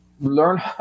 learn